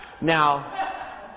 Now